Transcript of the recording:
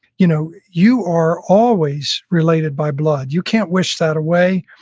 you know you are always related by blood. you can't wish that away